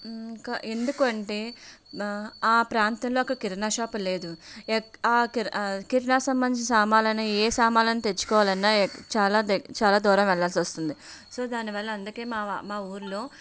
ఇంకా ఎందుకంటే ఆ ప్రాంతంలో ఒక కిరాణా షాపు లేదు కిరాణాకి సంబంధిచిన సామానులు అయిన ఏ సామానులు అయిన తెచ్చుకోవాలన్న చాలా చాలా దూరం వెళ్ళాల్సి వస్తుంది సో దాని వల్ల అందుకే మా మా ఊరిలో